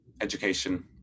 education